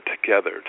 together